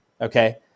okay